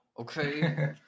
Okay